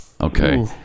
okay